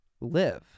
Live